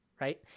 Right